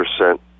percent